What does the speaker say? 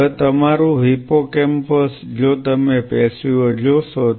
હવે તમારું હિપ્પોકેમ્પસ જો તમે પેશીઓ જોશો